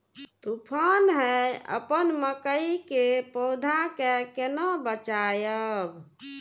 तुफान है अपन मकई के पौधा के केना बचायब?